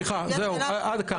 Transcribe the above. סליחה, זהו, עד כאן.